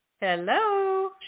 Hello